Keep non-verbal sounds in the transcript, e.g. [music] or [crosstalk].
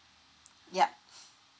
ya [breath]